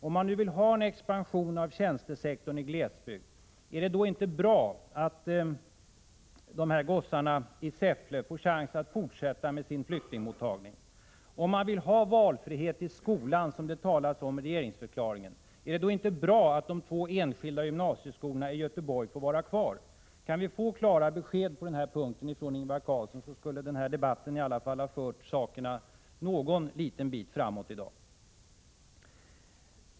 Om man nu vill ha en expansion av tjänstesektorn i glesbygd, är det då inte bra att de här gossarna i Säffle får chansen att fortsätta med sin flyktingmottagning? Om man vill ha valfrihet i skolan, som det talas om i regeringsförklaringen, är det då inte bra att de två enskilda gymnasieskolorna i Göteborg får vara kvar? Kunde vi få klara besked på dessa punkter från Ingvar Carlsson, skulle den här debatten i alla fall ha fört sakerna någon liten bit framåt.